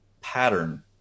pattern